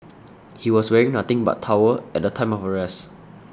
he was wearing nothing but towel at the time of arrest